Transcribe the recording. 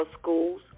schools